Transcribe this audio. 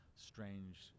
strange